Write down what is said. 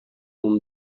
اون